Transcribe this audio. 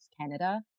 Canada